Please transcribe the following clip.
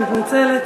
אני מתנצלת.